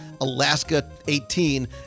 Alaska18